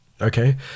Okay